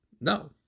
no